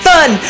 Fun